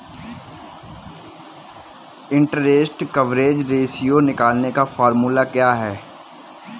Interest coverage ratio निकालने का formula क्या है?